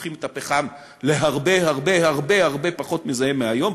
הופכים את הפחם להרבה הרבה הרבה הרבה פחות מזהם מהיום,